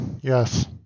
yes